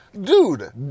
dude